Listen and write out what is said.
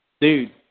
Dude